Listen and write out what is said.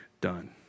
done